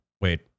wait